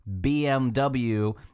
BMW